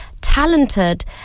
talented